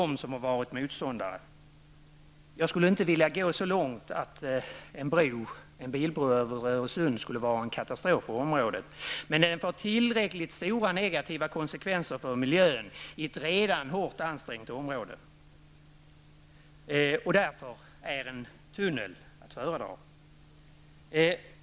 Jag skulle inte vilja gå så långt som till att säga att en bilbro över Öresund skulle vara en katastrof för området, men den får tillräckligt stora negativa konsekvenser för miljön i ett redan hårt ansträngt område. Därför är en tunnel att föredra.